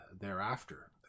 thereafter